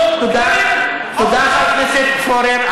תודה, חבר הכנסת פורר.